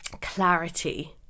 clarity